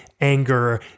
anger